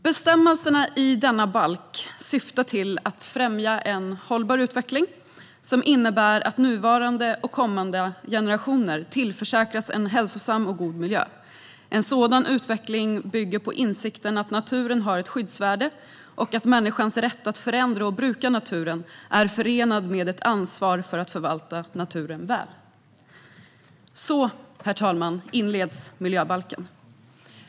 "Bestämmelserna i denna balk syftar till att främja en hållbar utveckling som innebär att nuvarande och kommande generationer tillförsäkras en hälsosam och god miljö. En sådan utveckling bygger på insikten att naturen har ett skyddsvärde och att människans rätt att förändra och bruka naturen är förenad med ett ansvar för att förvalta naturen väl." Så, herr talman, inleds miljöbalken.